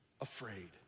afraid